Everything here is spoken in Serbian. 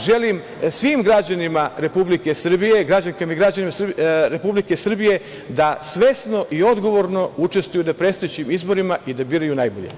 Želim svim građanima Republike Srbije, građankama i građanima Republike Srbije da svesno i odgovorno učestvuju na predstojećim izborima i da biraju najbolje.